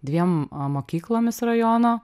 dviem mokyklomis rajono